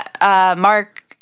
Mark